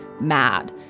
mad